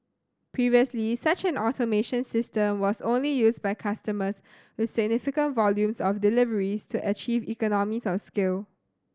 previously such an automation system was only used by customers with significant volume of deliveries to achieve economies of scale